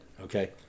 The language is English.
Okay